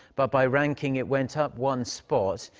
but by ranking, it went up one spot.